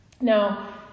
Now